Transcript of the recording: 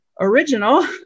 original